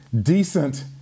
decent